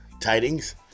tidings